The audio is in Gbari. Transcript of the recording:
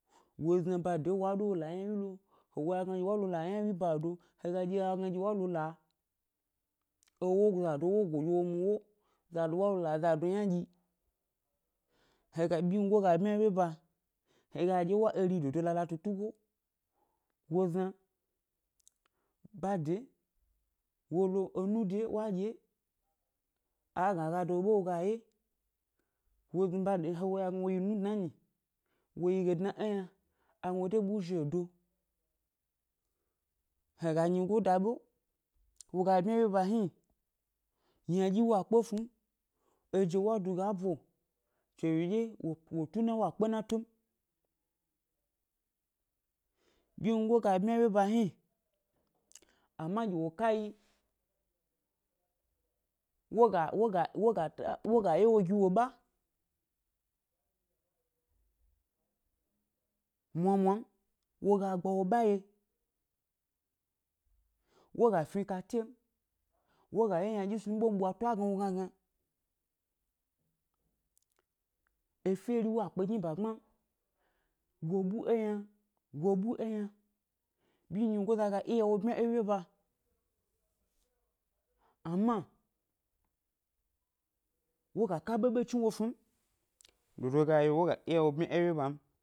Wo zna ʻba de wa ɗo wo la ʻyna wyi lo, he wo a gna dye wa lo la yna wyi é ʻba do, he ga dye a gna ɗye wa lo la ewo zado wo go dye wo mu ʻwo, zado wa lo la zado yna dyi, he ga byingo ga bmya é wyeba, he ga ɗye wa eri dodo la la tu tugo, wo zna ʻba de wo lo, enu de wa ɗye, a gna a ga da wo ʻɓe wo ga ye, wo gn da gn he wo a gna wo yi ʻnu yi dna ényi, wo yi ge dna é yna, a gna wo de ɓu ézhedo, he ga nyigo da ʻɓe, wo ga bmya é wyeba hni, ynadyi wa kpe snu m, eje wa du ga bo, chewyi ɗye wo wo tuna wa kpe ʻna tu m, byingo ga bmya é wyeba hni ama ge wo ka yi wo ga wo ga wo ga ta wo ga ye wo gi wo ʻɓa mwamwa m, wo ga gba wo ʻɓa wye, wó ga fni kate m, wo ga ye ynaɗyi snu ʻɓe m, ɓwato a gna wo gnagna, eferi wa kpe gni é ʻba gbma m, wo ɓu eyna, wo ɓu eyna, ʻɓyi nyigoza ga iya wo byma é wyeba ama, wo ga ka ʻɓe ɓechni wo snu m, dodo ga yio wo ga iya wo bmya é wyeba m